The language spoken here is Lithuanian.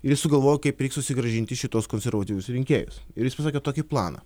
ir sugalvojo kaip susigrąžinti šituos konservatyvius rinkėjus ir jis pasakė tokį planą